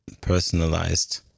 personalized